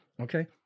Okay